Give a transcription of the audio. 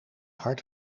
hard